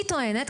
אני טוענת,